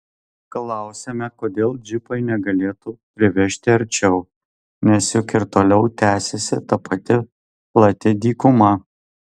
klausiame kodėl džipai negalėtų privežti arčiau nes juk ir toliau tęsiasi ta pati plati dykuma